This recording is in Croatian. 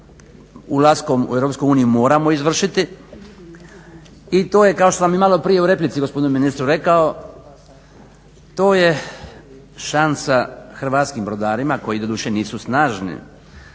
ulaskom u EU moramo izvršiti i to je kao što sam i maloprije u replici gospodinu ministru rekao, to je šansa hrvatskim brodarima koji doduše nisu snažni